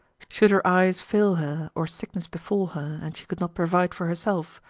should her eyes fail her, or sickness befall her, and she could not provide for herself,